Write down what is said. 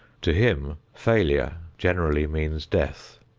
to him failure generally means death.